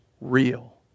real